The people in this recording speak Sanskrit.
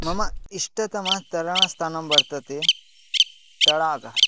मम इष्टतमं तरणस्थानं वर्तते तडागः